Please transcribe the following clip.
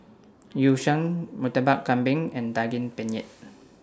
Yu Sheng Murtabak Kambing and Daging Penyet